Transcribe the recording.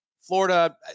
Florida